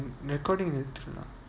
recording நிறுத்திரலாம்:niruthiralaam